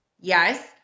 yes